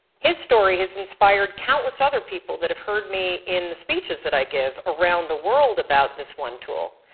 his story has inspired countless other people that have heard me in the speeches that i give around the world about this one tool.